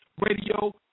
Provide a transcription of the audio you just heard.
radio